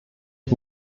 ich